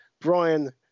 Brian